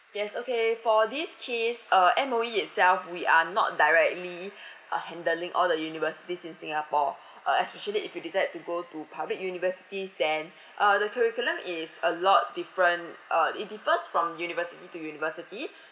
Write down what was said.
yes okay for this case uh M_O_E itself we are not directly uh handling all the universities in singapore uh especially if you decide to go to public universities then uh the curriculum is a lot different uh it differs from university to university